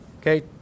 Okay